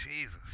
Jesus